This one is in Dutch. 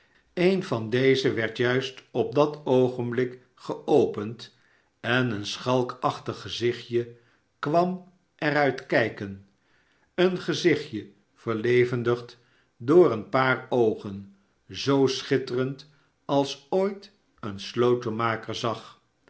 een van deze werd juist op dat oogenblikgeopend en een schalkachtig gezichtje kwam er uit kijken een gezichtje verlevendigd door een paar oogen zoo schitterend als ooit een slotenmaker zag